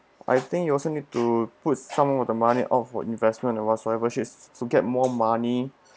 I think you also need to put some of the money out for investment or whatsoever shits to get more money